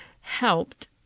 helped